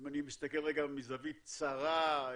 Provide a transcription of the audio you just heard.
אם אני מסתכל רגע מזווית צרה,